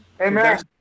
amen